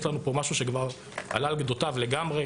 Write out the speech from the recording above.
יש לנו פה משהו שכבר עלה על גדותיו לגמרי.